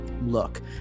look